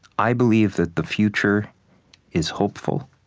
i believe that the future is hopeful.